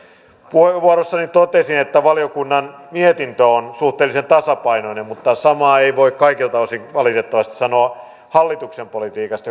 puheenvuorossani totesin että valiokunnan mietintö on suhteellisen tasapainoinen mutta samaa ei voi kaikilta osin valitettavasti sanoa hallituksen politiikasta